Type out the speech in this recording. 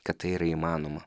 kad tai yra įmanoma